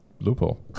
loophole